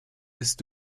ist